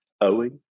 owing